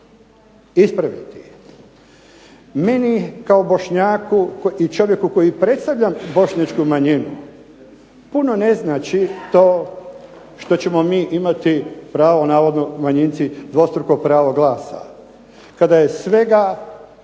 ispraviti. Meni kao Bošnjaku i čovjeku koji predstavljam bošnjačku manjinu puno ne znači to što ćemo mi imati pravo, navodno manjinci dvostruko pravo glasa, kada je svega